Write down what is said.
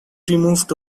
removed